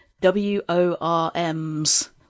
W-O-R-M's